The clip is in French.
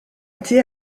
été